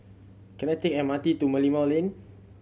can I take M R T to Merlimau Lane